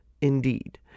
Indeed